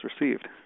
received